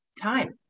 time